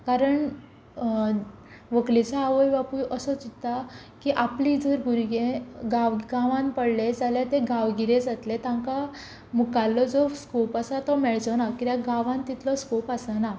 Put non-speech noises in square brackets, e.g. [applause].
कारण व्हंकलेचो आवय बापूय असो चिंतता की आपलें जर भुरगें [unintelligible] गांवांत पडलें जाल्यार तें गांवगिरें जातलें तांकां मुखाल्लो जो स्कॉप आसा तो मेळचो ना कित्याक गांवांत तितलो स्कॉप आसना